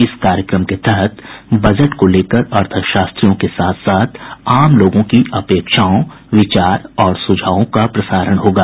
इस कार्यक्रम के तहत बजट को लेकर अर्थशास्त्रियों के साथ साथ आम लोगों की अपेक्षाओं विचार और सुझावों का प्रसारण होगा